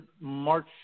March